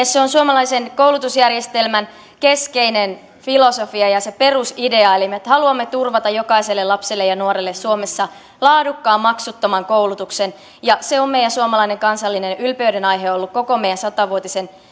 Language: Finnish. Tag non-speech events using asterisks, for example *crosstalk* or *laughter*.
*unintelligible* se on suomalaisen koulutusjärjestelmän keskeinen filosofia ja se perusidea eli me haluamme turvata jokaiselle lapselle ja nuorelle suomessa laadukkaan maksuttoman koulutuksen se on meidän suomalainen kansallinen ylpeydenaiheemme ollut koko meidän satavuotisen